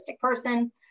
person